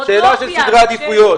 וזאת שאלה של סדרי עדיפויות.